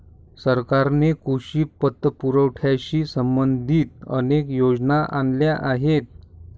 सरकारने कृषी पतपुरवठ्याशी संबंधित अनेक योजना आणल्या आहेत